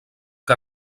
que